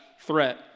threat